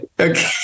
okay